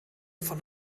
von